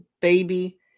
baby